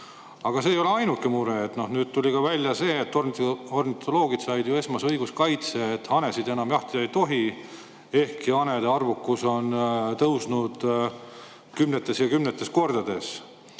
Aga see ei ole ainuke mure. Nüüd tuli välja see, et ornitoloogid said esmase õiguskaitse, hanesid enam jahtida ei tohi, ehkki hanede arvukus on tõusnud kümneid ja kümneid kordi.